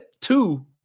Two